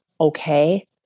okay